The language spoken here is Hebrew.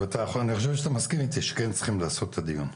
אני חושב שאתה מסכים איתי שכן צריכים לעשות את הדיון.